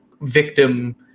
victim